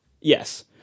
Yes